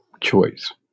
choice